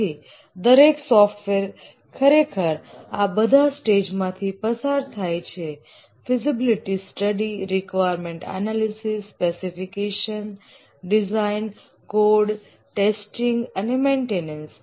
તેથી દરેક સોફ્ટવેર ખરેખર આ બધા સ્ટેજ માંથી પસાર થાય છે feasibility study requirement analysis specification design code testing અને મેઇન્ટેનન્સ